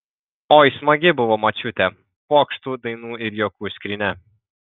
oi smagi buvo močiutė pokštų dainų ir juokų skrynia